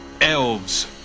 Elves